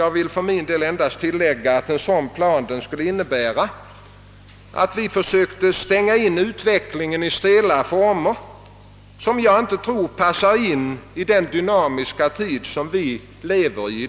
Jag vill för min del endast tillägga att en plan av detta slag skulle innebära att vi sökte styra utvecklingen i stela former som jag inte tror passar i den dynamiska tid vi lever i.